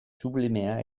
sublimea